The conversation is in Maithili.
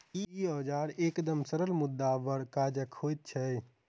ई औजार एकदम सरल मुदा बड़ काजक होइत छै